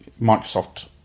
Microsoft